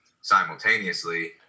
simultaneously